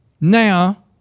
now